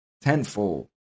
tenfold